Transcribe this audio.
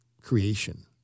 creation